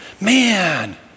Man